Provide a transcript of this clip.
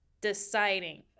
deciding